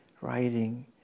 writing